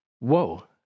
Whoa